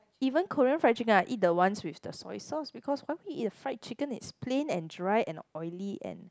even Korean fried chicken I eat the ones with the soya sauce because why would you eat a fried chicken it's plain and dry and oily and